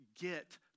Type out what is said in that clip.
get